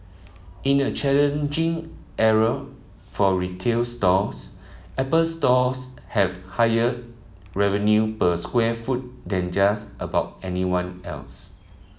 in a challenging era for retail stores Apple Stores have higher revenue per square foot than just about anyone else